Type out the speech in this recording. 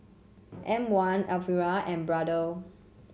M one Aprilia and Brother